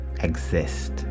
exist